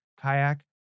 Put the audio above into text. kayak